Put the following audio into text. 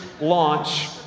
launch